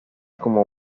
como